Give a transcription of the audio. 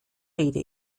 rede